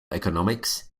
economics